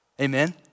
Amen